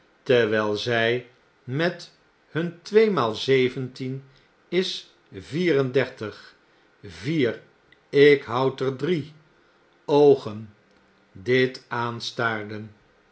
terwyl zy met hun tweemaal zeventien is vier en dertig vier ik houd er drie oogen dit aanstaarden